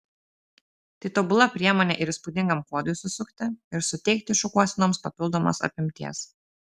tai tobula priemonė ir įspūdingam kuodui susukti ir suteikti šukuosenoms papildomos apimties